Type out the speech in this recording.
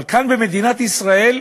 אבל כאן, במדינת ישראל,